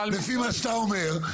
לפי מה שאתה אומר,